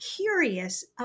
curious